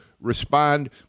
respond